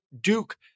Duke